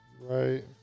Right